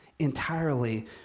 entirely